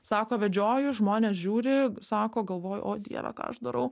sako vedžioju žmonės žiūri sako galvoju o dieve ką aš darau